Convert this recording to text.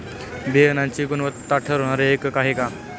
बियाणांची गुणवत्ता ठरवणारे एकक आहे का?